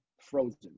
frozen